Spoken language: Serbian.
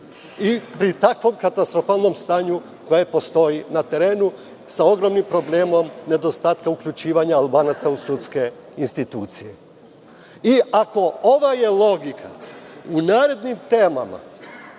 pri tako katastrofalnom stanju koje postoji na terenu, sa ogromnim problemom nedostatka uključivanja Albanaca u sudske institucije. Ako je ovo logika u narednim temama,